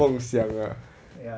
梦想 ah